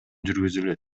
жүргүзүлөт